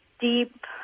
deep